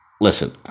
listen